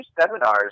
seminars